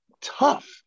tough